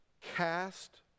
Cast